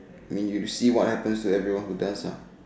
mean you see what happens to everyone who does lah